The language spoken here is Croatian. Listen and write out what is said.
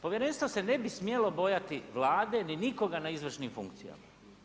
Povjerenstvo se ne bi smjelo bojati Vlade ni nikoga na izvršnim funkcijama.